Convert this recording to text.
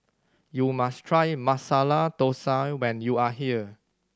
you must try Masala Thosai when you are here